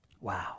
Wow